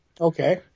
Okay